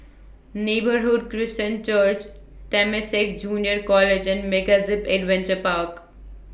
Neighbourhood Christian Church Temasek Junior College and Mega Zip Adventure Park